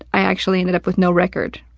i actually ended up with no record.